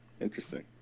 Interesting